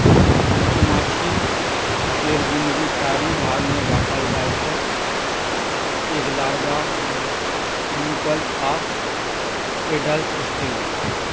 मधुमाछी केर जिनगी चारि भाग मे बाँटल जाइ छै एग, लारबा, प्युपल आ एडल्ट स्टेज